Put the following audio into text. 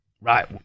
Right